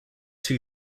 too